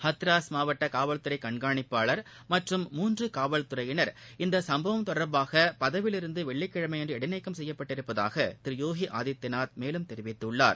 ஹத்ராஸ் மாவட்டகாவல்துறைகண்காணிப்பாளர் மற்றும் மூன்றுகாவல்துறையினர் இந்தசம்பவம் தொடர்பாகபதவியிலிருந்துவெள்ளிகிழமையன்று இடைநீக்கம் செய்யட்பட்டிருப்பதாகதிருயோகிஆதித்யநாத் மேலும் தெரிவித்துள்ளார்